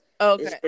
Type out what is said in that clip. Okay